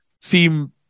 seem